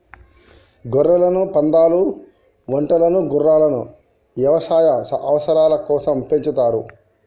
గొర్రెలను, పందాలు, ఒంటెలను గుర్రాలను యవసాయ అవసరాల కోసం పెంచుతారు